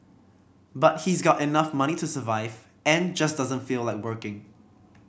but he's got enough money to survive and just doesn't feel like working